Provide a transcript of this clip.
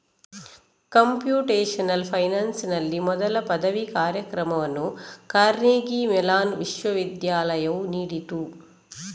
computational ಫೈನಾನ್ಸಿನಲ್ಲಿ ಮೊದಲ ಪದವಿ ಕಾರ್ಯಕ್ರಮವನ್ನು ಕಾರ್ನೆಗೀ ಮೆಲಾನ್ ವಿಶ್ವವಿದ್ಯಾಲಯವು ನೀಡಿತು